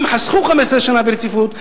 אם חסכו 15 שנה ברציפות,